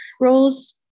roles